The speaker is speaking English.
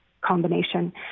combination